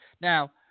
Now